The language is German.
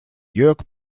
jörg